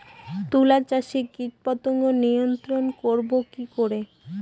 তুলা চাষে কীটপতঙ্গ নিয়ন্ত্রণর করব কি করে?